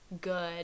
good